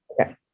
Okay